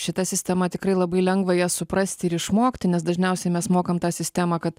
šita sistema tikrai labai lengva ją suprasti ir išmokti nes dažniausiai mes mokam tą sistemą kad